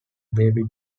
baby